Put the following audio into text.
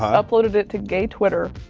uploaded it to gay twitter,